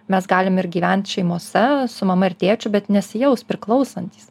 mes galim ir gyvent šeimose su mama ir tėčiu bet nesijaus priklausantys